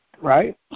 Right